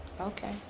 Okay